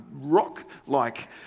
rock-like